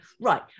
right